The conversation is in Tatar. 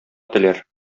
теләр